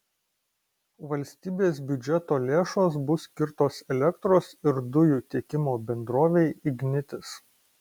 valstybės biudžeto lėšos bus skirtos elektros ir dujų tiekimo bendrovei ignitis